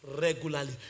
regularly